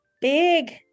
big